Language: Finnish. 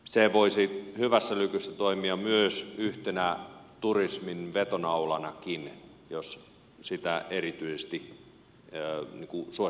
se voisi hyvässä lykyssä toimia myös yhtenä turismin vetonaulanakin jos sitä erityisesti suosittaisiin sillä alueella